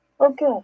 Okay